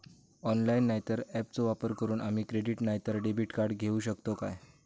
Online नाय तर ऍपचो वापर करून आम्ही क्रेडिट नाय तर डेबिट कार्ड घेऊ शकतो का?